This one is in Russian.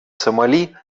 сомали